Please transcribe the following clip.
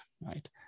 right